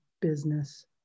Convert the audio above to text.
business